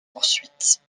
poursuite